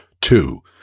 Two